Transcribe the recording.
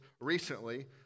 recently